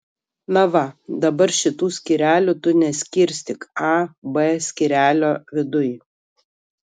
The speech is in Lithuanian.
na va dabar šitų skyrelių tu neskirstyk a b skyrelio viduj